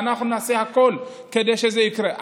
ואנחנו נעשה הכול כדי שזה יקרה.